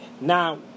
Now